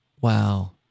Wow